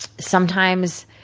sometimes,